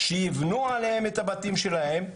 שייבנו עליהם את הבתים שלהם,